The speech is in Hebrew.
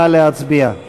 נא להצביע.